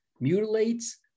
mutilates